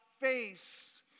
face